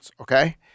Okay